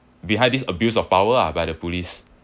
behind this abuse of power ah by the police